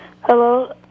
Hello